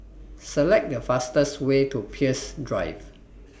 Select The fastest Way to Peirce Drive